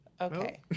Okay